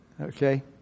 Okay